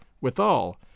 withal